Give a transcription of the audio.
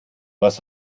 was